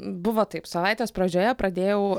buvo taip savaitės pradžioje pradėjau